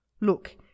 Look